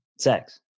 sex